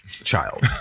Child